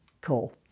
Cool